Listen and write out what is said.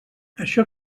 això